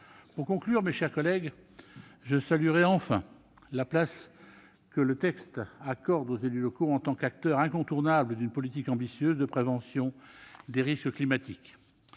Pour conclure, mes chers collègues, je saluerai enfin la place que le texte accorde aux élus locaux en tant qu'acteurs incontournables d'une politique ambitieuse de prévention des risques climatiques.